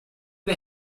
the